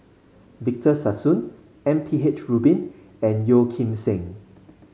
Victor Sassoon M P H Rubin and Yeo Kim Seng